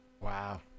Wow